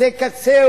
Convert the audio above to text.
קצה קצה